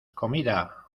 comida